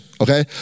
Okay